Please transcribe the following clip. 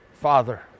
Father